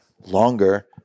longer